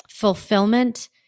Fulfillment